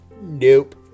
Nope